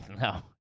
No